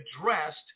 addressed